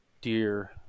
dear